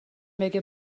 بگه